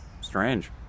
Strange